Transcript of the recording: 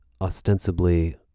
ostensibly